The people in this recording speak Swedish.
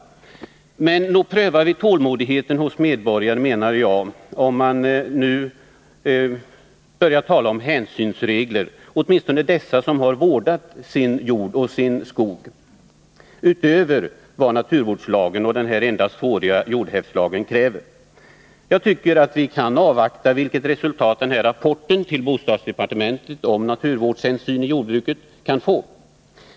Nog prövar vi enligt min mening tålmodigheten hos medborgare som troget brukat och vårdat jord och skog, om vi nu skall pressa på dem hänsynsregler utöver vad naturvårdslagen och den endast tvååriga jordhävdslagen kräver. Låt oss avvakta vilket resultat rapporten till bostadsdepartementet om naturvårdshänsyn i jordbruket kan få.